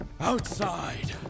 Outside